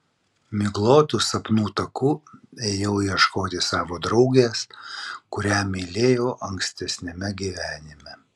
miglotu sapnų taku ėjau ieškoti savo draugės kurią mylėjau ankstesniame gyvenime